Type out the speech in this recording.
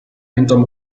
hinterm